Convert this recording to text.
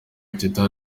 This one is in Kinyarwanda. teta